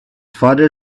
father